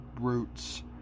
...roots